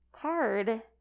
card